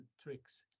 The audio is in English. tricks